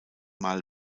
mal